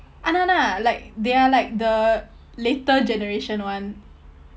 !hanna! !hanna! like they are like the later generation [one]